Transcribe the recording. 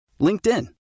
LinkedIn